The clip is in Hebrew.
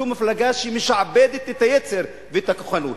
זו מפלגה שמשעבדת את היצר ואת הכוחנות.